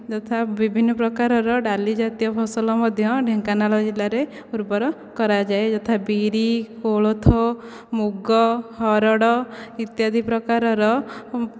ଯଥା ବିଭିନ୍ନ ପ୍ରକାରର ଡାଲି ଜାତୀୟ ଫସଲ ମଧ୍ୟ ଢେଙ୍କାନାଳ ଜିଲ୍ଲାରେ ଉର୍ବର କରାଯାଏ ଯଥା ବିରି କୋଳଥ ମୁଗ ହରଡ଼ ଇତ୍ୟାଦି ପ୍ରକାରର